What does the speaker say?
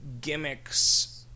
gimmicks